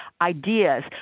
ideas